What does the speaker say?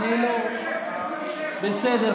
--- בסדר.